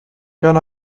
can